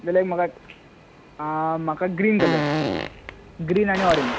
जाल्यार म्हाका म्हाका ग्रीन कलर ग्रीन आनी ओरेंज